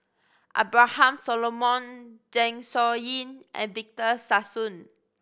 Abraham Solomon Zeng Shouyin and Victor Sassoon